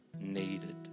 needed